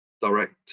direct